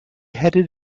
headed